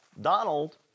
Donald